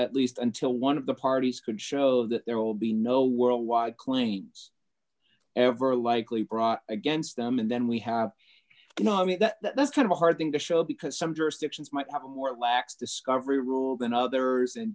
at least until one of the parties could show that there will be no worldwide claims ever likely brought against them and then we have not i mean that's kind of a hard thing to show because some jurisdictions might have a more lax discovery rule than others and